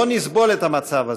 לא נסבול את המצב הזה.